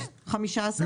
הנה, 15 מיליון.